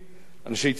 אנשי ציבור,